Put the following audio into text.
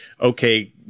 okay